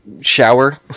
shower